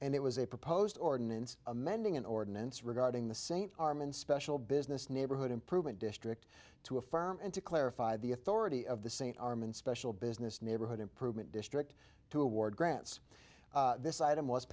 and it was a proposed ordinance amending an ordinance regarding the same arm and special business neighborhood improvement district to affirm and to clarify the authority of the saint arm in special business neighborhood improvement district to award grants this item was